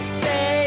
say